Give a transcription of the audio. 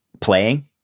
playing